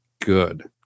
good